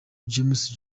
james